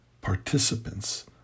participants